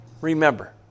Remember